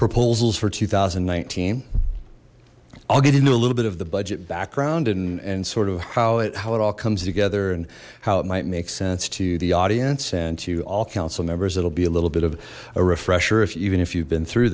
proposals for two thousand and nineteen i'll get into a little bit of the budget background and and sort of how it how it all comes together and how it might make sense to the audience and to all councilmembers it'll be a little bit of a refresher if even if you've been through